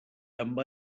amb